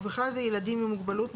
ובכלל זה ילדים עם מוגבלות,